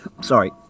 sorry